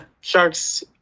Sharks